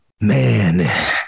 man